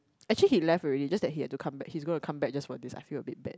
actually he left already just that he had to come back he is gonna come back just for this I feel a bit bad